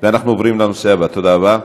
תודה רבה,